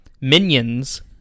Minions